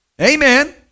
Amen